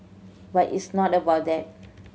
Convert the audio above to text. but it's not about that